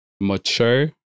Mature